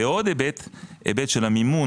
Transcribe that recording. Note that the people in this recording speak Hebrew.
ועוד היבט של המימון,